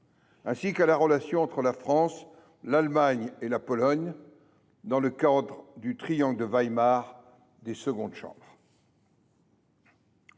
ainsi qu’à la relation entre la France, l’Allemagne et la Pologne, dans le cadre du triangle de Weimar des secondes chambres.